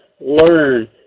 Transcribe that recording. learn